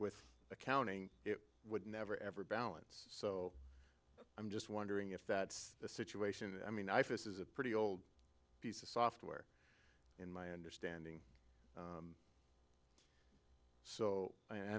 with accounting you would never ever balance so i'm just wondering if that's the situation i mean i face is a pretty old piece of software in my understanding so i